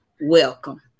welcome